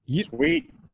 Sweet